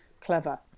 clever